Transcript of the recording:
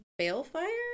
balefire